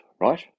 right